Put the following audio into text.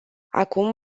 acum